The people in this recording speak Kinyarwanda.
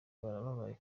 barababaye